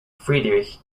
friedrich